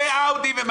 שני אאודי.